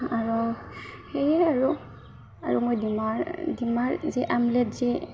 আৰু সেয়ে আৰু আৰু মই ডিমাৰ ডিমাৰ যি আমলেট যি